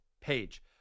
page